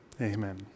Amen